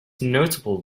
notable